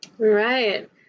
Right